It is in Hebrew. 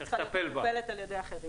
היא צריכה להיות מטופלת על ידי אחרים.